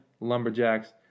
Lumberjacks